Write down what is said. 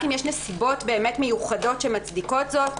אם יש נסיבות באמת מיוחדות שמצדיקות זאת,